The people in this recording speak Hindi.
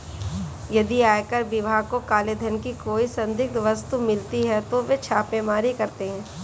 यदि आयकर विभाग को काले धन की कोई संदिग्ध वस्तु मिलती है तो वे छापेमारी करते हैं